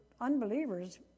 unbelievers